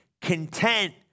content